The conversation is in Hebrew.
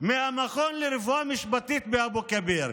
מהמכון לרפואה משפטית באבו כביר.